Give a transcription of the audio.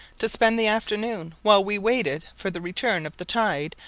to spend the afternoon, while we waited for the return of the tide,